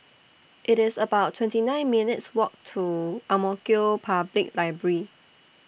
IT IS about twenty nine minutes' Walk to Ang Mo Kio Public Library